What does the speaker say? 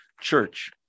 church